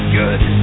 good